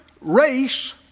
race